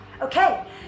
Okay